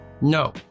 No